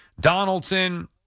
Donaldson